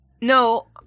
no